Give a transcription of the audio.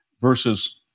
versus